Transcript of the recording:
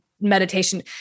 meditation